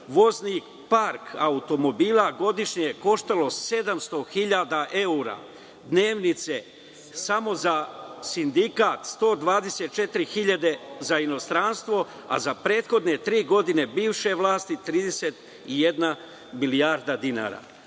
Vozni park automobila godišnje je koštao 700 hiljada evra. Dnevnice, samo za sindikat, 124 hiljade za inostranstvo, a za prethodne tri godine bivše vlasti 31 milijarda dinara. Od